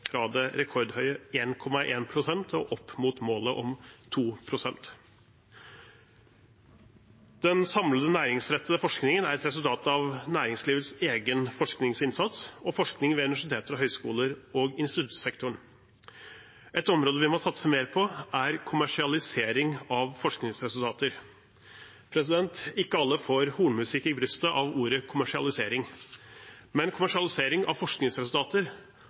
fra det rekordhøye 1,1 pst. og opp mot målet om 2 pst. Den samlede næringsrettede forskningen er et resultat av næringslivets egen forskningsinnsats og forskning ved universiteter og høyskoler og instituttsektoren. Et område vi må satse mer på, er kommersialisering av forskningsresultater. Ikke alle får hornmusikk i brystet av ordet kommersialisering. Men kommersialisering av forskningsresultater